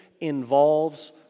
involves